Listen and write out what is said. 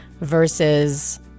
versus